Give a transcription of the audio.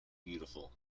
beautiful